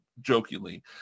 jokingly